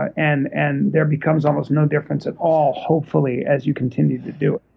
and and there becomes almost no difference at all hopefully, as you continue to do it.